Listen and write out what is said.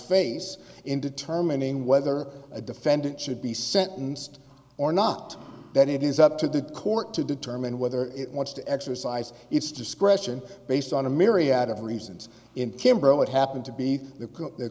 face in determining whether a defendant should be sentenced or not then it is up to the court to determine whether it wants to exercise its discretion based on a myriad of reasons in timbral it happened to be the